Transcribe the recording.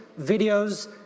videos